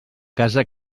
casa